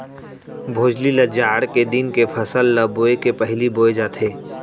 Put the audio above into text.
भोजली ल जाड़ के दिन के फसल ल बोए के पहिली बोए जाथे